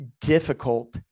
difficult